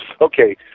okay